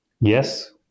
yes